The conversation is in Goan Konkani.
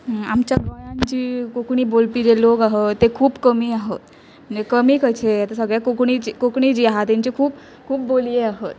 आमच्या गोंयान जी कोंकणी बोलपी जे लोक आहत ते खूब कमी आहत म्हणजे कमी कशे आतां सगळे कोंकणी जे कोंकणी जी आहा तेंची खूब खूब बोली आहत